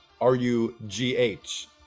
R-U-G-H